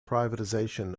privatization